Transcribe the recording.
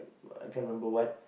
can't remember what